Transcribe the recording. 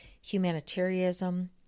humanitarianism